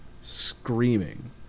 screaming